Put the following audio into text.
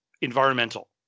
environmental